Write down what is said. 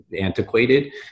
antiquated